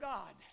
God